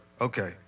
Okay